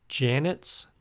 Janets